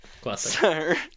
Classic